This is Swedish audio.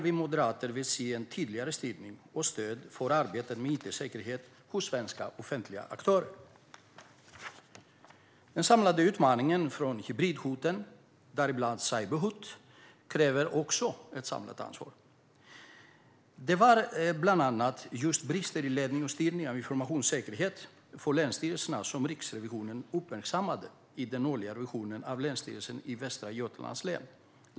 Vi moderater vill här se tydligare styrning och stöd för arbetet med it-säkerhet hos svenska offentliga aktörer. Den samlade utmaningen från hybridhoten, däribland cyberhot, kräver också ett samlat ansvar. Det var bland annat just brister i ledning och styrning av informationssäkerhet för länsstyrelserna som Riksrevisionen uppmärksammade i den årliga revisionen av Länsstyrelsen i Västra Götalands län.